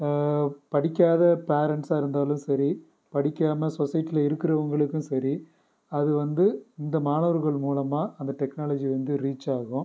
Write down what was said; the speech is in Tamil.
படிக்காத பேரண்ட்ஸாக இருந்தாலும் சரி படிக்காமல் சொசைட்டியில் இருக்கிறவங்களுக்கும் சரி அது வந்து இந்த மாணவர்கள் மூலமாக அந்த டெக்னாலஜி வந்து ரீச் ஆகும்